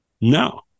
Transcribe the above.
No